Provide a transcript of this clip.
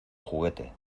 juguete